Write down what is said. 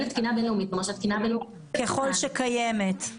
נוסיף, ככל שקיימת.